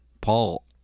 Paul